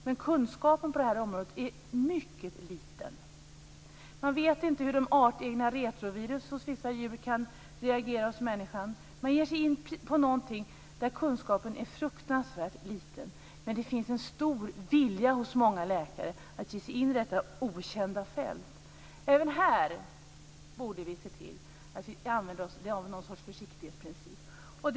Men kunskapen på det här området är mycket liten. Man vet inte hur artendogena retrovirus hos vissa djur kan reagera hos människan. Man ger sig in på någonting där kunskapen är fruktansvärt liten. Men det finns stor vilja hos många läkare att ge sig in i detta okända fält. Även här borde vi se till att vi använder oss av någon sorts försiktighetsprincip.